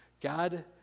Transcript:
God